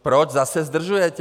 Proč zase zdržujete?